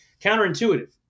counterintuitive